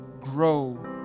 grow